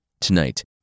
tonight